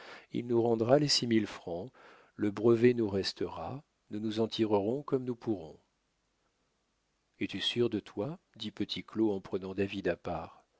il nous rendra les six mille francs le brevet nous restera nous nous en tirerons comme nous pourrons es-tu sûr de toi dit petit claud en prenant david à part